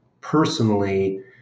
personally